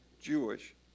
Jewish